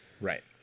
Right